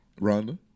Rhonda